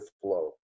flow